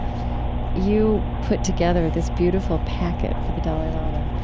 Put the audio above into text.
you put together this beautiful packet for the dalai lama